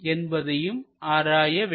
என்பதையும் ஆராய வேண்டும்